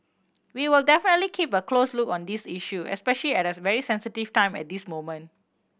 we will definitely keep a close look on this issue especial at it's a very sensitive time at this moment